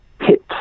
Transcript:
hit